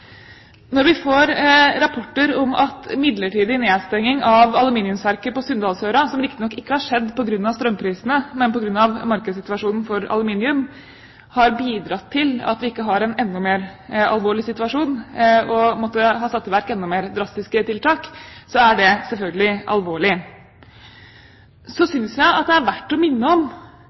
Når vi får rapporter om at midlertidig nedstenging av aluminiumsverket på Sunndalsøra – som riktignok ikke har skjedd på grunn av strømprisene, men på grunn av markedssituasjonen for aluminium – har bidratt til at vi ikke har en enda mer alvorlig situasjon og må sette i verk enda mer drastiske tiltak, er det selvfølgelig alvorlig. Så synes jeg at det er verdt å minne om